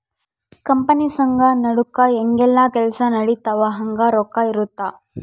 company ಸಂಘ ನಡುಕ ಹೆಂಗ ಯೆಲ್ಲ ಕೆಲ್ಸ ನಡಿತವ ಹಂಗ ರೊಕ್ಕ ಇರುತ್ತ